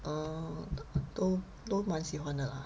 orh 嗯都都蛮喜欢的啦